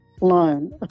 loan